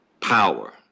power